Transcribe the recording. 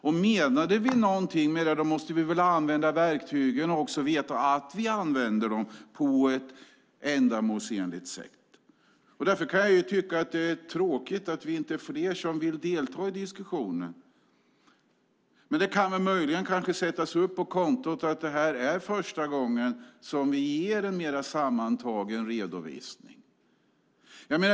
Om vi menade något med det måste vi ju använda verktygen och också veta att vi använder dem på ett ändamålsenligt sätt. Därför tycker jag att det är tråkigt att vi inte är fler som vill delta i diskussionen. Möjligen kan det ha att göra med att detta är första gången som vi ger en mer sammantagen redovisning.